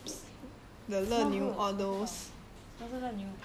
什么 groups 什么是乐牛